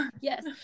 Yes